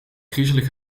griezelig